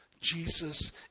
Jesus